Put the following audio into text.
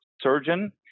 surgeon